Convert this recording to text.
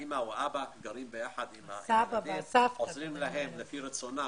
האימא או האבא גרים יחד, עוזרים להם לפי רצונם